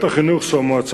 לאכלוס?